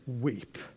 weep